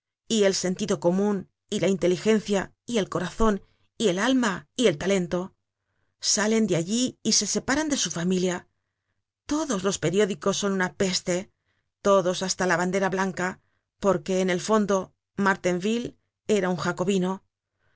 y el sentido comun y la inteligencia y el corazon y el alma y el talento salen de allí y se separan de su familia todos los periódicos son una peste todos hasta la bandera blanca porque en el fondo martainville era un jacobino